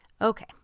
Okay